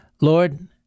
Lord